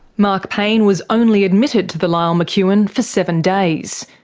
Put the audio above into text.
mark payne was only admitted to the lyell mcewin for seven days.